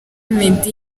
meddy